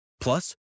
Plus